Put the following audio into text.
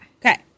Okay